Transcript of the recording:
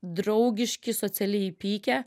draugiški socialiai įpykę